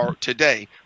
today